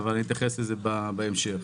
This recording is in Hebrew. אתייחס לזה בהמשך.